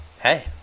hey